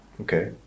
Okay